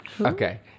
Okay